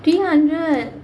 three hundred